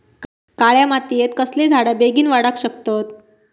काळ्या मातयेत कसले झाडा बेगीन वाडाक शकतत?